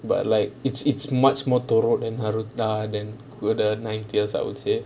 but like it's it's much more then naru~ err then the nail tails I would say